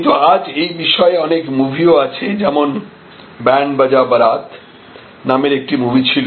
কিন্তু আজ এই বিষয়ে অনেক মুভিও আছে যেমন ব্যান্ড বাজা বারাত নামের একটি মুভি ছিল